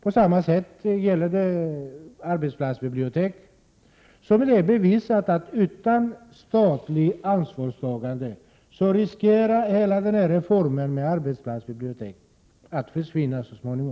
På samma sätt är det med arbetsplatsbiblioteken. Det är bevisat att utan statligt ansvarstagande riskerar hela reformen med arbetsplatsbibliotek att försvinna så småningom.